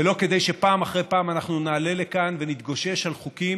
ולא כדי שפעם אחרי פעם נעלה לכאן ונתגושש על חוקים